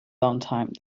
downtime